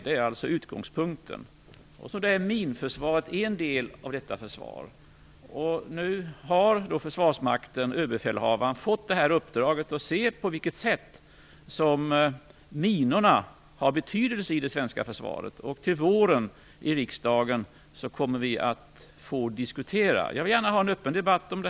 Det är utgångspunkten. Minförsvaret är en del av detta försvar. Nu har Försvarsmakten och ÖB fått uppdraget att se på vilket sätt minorna har betydelse i det svenska försvaret. Till våren kommer vi att få diskutera frågan i riksdagen. Jag vill gärna ha en öppen debatt.